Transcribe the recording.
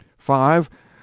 five.